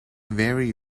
very